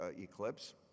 eclipse